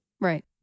Right